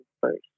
first